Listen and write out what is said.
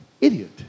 idiot